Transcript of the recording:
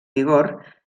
vigor